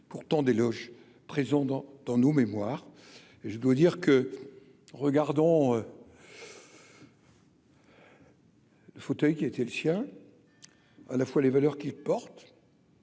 pourtant des loges présents dans dans nos mémoires et je dois dire que regardons. Le fauteuil qui était le sien à la fois les valeurs qui porte.